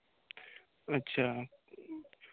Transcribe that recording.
अच्छा